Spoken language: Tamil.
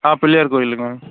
ஆ பிள்ளையார் கோயிலுங்க